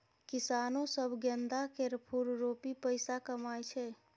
किसानो सब गेंदा केर फुल रोपि पैसा कमाइ छै